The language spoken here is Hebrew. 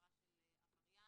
בחברה של עבריין.